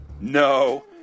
No